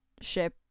ship